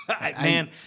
Man